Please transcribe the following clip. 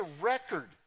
record